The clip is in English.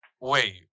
wait